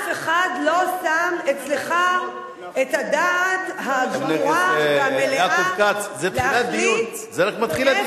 דיברתי על איפה הן והיכן הן משרתות.